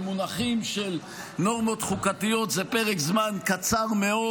במונחים של נורמות חוקתיות זה פרק זמן קצר מאוד.